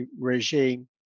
regime